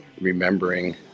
remembering